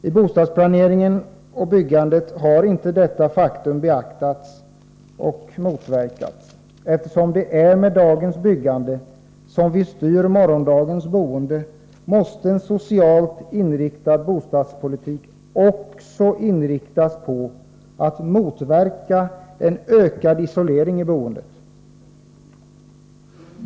I bostadsplaneringen och byggandet har inte detta faktum beaktats och motverkats. Eftersom det är med dagens byggande som vi styr morgondagens boende, måste en socialt riktig bostadspolitik inriktas på att motverka en ökad isolering i boendet.